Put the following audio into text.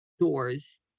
doors